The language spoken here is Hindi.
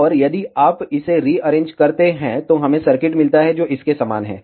और यदि आप इसे रिअरेंज करते हैं तो हमें सर्किट मिलता है जो इसके समान है